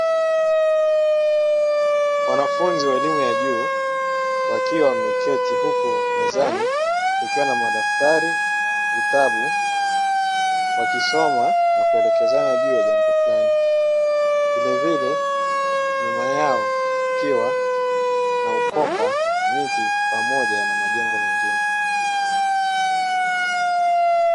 Wanafunzi wa elimu ya juu wakiwa wameketi huku mezani kukiwa na madaftari na vitabu wakisoma na kuelekezana juu ya jambo fulani vilevile nyuma yao kukiwa na ukoka ,miti pamoja na majengo mengine.